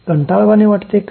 कंटाळवाणे वाटते का